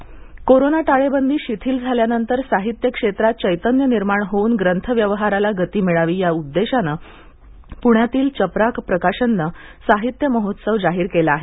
साहित्य महोत्सव कोरोना टाळेबंदी शिथिल झाल्यानंतर साहित्यक्षेत्रात चैतन्य निर्माण होऊन ग्रंथव्यवहाराला गती मिळावी या उद्देशाने पुण्यातील चपराक प्रकाशनने साहित्य महोत्सव जाहीर केला आहे